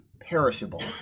perishable